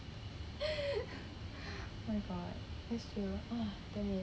oh my god that's true damn it